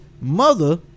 mother